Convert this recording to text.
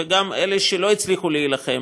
וגם אלה שלא הצליחו להילחם,